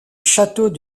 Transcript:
château